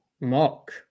mock